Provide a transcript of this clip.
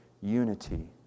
unity